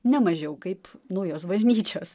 ne mažiau kaip naujos bažnyčios